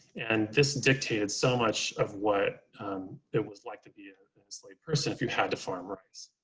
and this dictated so much of what it was like to be an enslaved person if you had to farm rice.